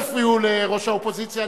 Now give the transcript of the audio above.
אל תפריעו לראש האופוזיציה,